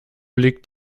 liegt